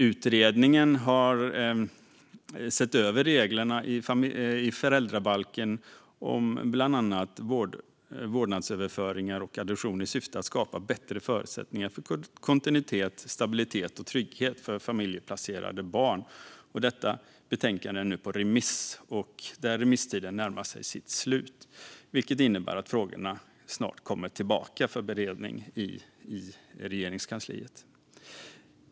Utredningen har sett över reglerna i föräldrabalken om bland annat vårdnadsöverflyttning och adoption i syfte att skapa bättre förutsättningar för kontinuitet, stabilitet och trygghet för familjehemsplacerade barn. Detta betänkande är nu på remiss, och remisstiden närmar sig sitt slut - vilket innebär att frågorna snart kommer tillbaka för beredning i Regeringskansliet.